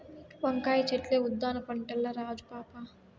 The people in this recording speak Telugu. వంకాయ చెట్లే ఉద్దాన పంటల్ల రాజు పాపా